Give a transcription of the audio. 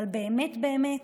אבל באמת באמת,